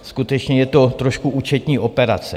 Skutečně je to trošku účetní operace.